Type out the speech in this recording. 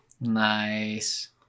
Nice